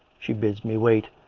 she bids me wait,